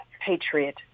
patriot